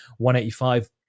185